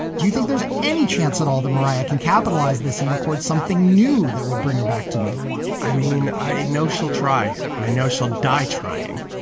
do you think there's any chance at all the mariah can capitalize this and record something new that would bring her back to number one? i mean, i ah know she'll try. i know she'll die trying.